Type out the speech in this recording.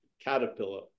caterpillar